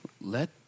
Let